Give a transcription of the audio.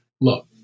look